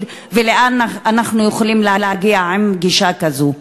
ולאן אנחנו יכולים להגיע עם גישה כזאת?